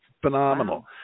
phenomenal